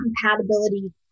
compatibility